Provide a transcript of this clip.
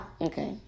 Okay